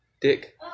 Dick